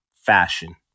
fashion